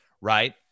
right